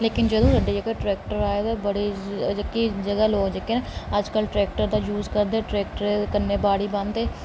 लेकिन जदूं दे ट्रैक्टर आए दे लोक जदूं दी ते बड़ी जादा जगह ट्रैक्टर यूज़ करदे ते ओह्दे कन्नै बाड़ी बांह्दे